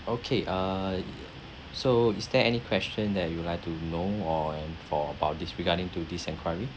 okay err so is there any question that you would like to know or for about this regarding to this enquiry